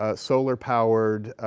ah solar-powered